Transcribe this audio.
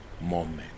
moment